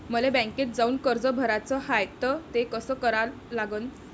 मले बँकेत जाऊन कर्ज भराच हाय त ते कस करा लागन?